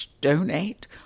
donate